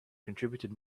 contributed